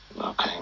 Okay